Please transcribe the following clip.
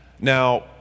Now